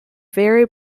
very